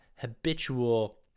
habitual